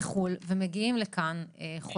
גם כאן נדגיש שזה מוטה לפי האנשים שבאים להיבדק.